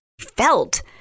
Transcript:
felt